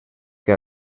que